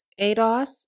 ADOS